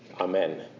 Amen